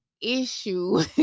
issue